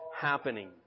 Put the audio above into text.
happening